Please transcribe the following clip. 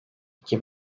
iki